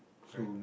correct